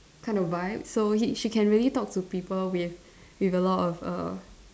kind of vibe so he she can really talk to people with with a lot of err